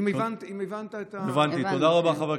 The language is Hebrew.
אם הבנת את --- הבנתי, כן.